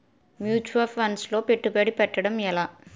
Mutual funds లో పెట్టుబడి పెట్టడం ఎలా?